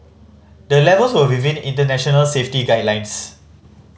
the levels were within international safety guidelines